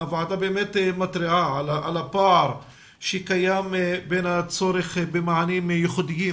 הוועדה באמת מתריעה על הפער שקיים בין הצורך במענים ייחודיים